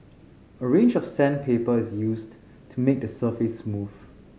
a range of sandpaper is used to make the surface smooth